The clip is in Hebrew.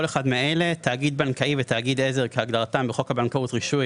אחד מאלה: תאגיד בנקאי ותאגיד עזר כהגדרתם בחוק הבנקאות (רישוי),